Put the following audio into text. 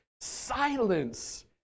silence